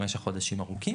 במשך חודשים ארוכים